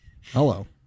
Hello